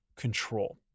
control